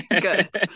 Good